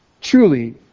truly